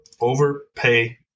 overpay